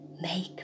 make